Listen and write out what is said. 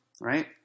Right